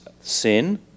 sin